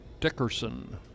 Dickerson